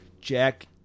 Jack